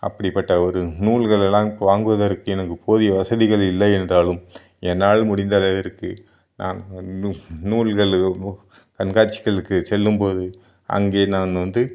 அப்படிப்பட்ட ஒரு நூல்களெல்லாம் இப்போது வாங்குவதற்கு எனக்கு போதிய வசதிகள் இல்லையென்றாலும் என்னால் முடிந்த அளவிற்கு நான் நூ நூல்கள் கண்காட்சிகளுக்கு செல்லும்போது அங்கே நான் வந்து